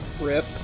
Rip